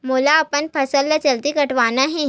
मोला अपन फसल ला जल्दी कटवाना हे?